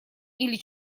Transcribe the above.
или